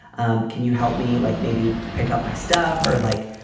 um can you help me, like, maybe pick up my stuff or like,